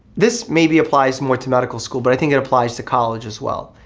this maybe applies more to medical school, but i think it applies to college as well.